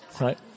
right